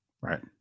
Right